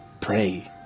pray